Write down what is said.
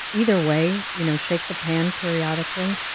either way, you know shake the pan periodically,